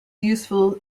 useful